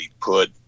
put